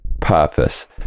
purpose